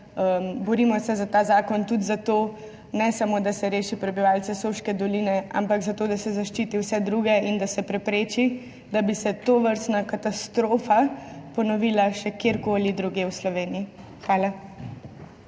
Borimo se za ta zakon ne samo, da se reši prebivalce Soške doline, ampak tudi zato, da se zaščiti vse druge in da se prepreči, da bi se tovrstna katastrofa ponovila še kjerkoli drugje v Sloveniji. Hvala.